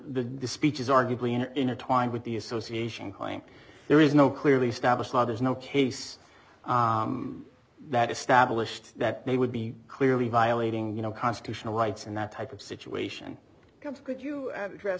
the speeches arguably and in a time with the association i mean there is no clearly established law there's no case that established that they would be clearly violating you know constitutional rights and that type of situation could you dress